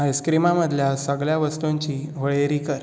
आइस्क्रीमां मदल्या सगळ्या वस्तूंची वळेरी कर